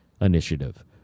initiative